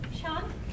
Sean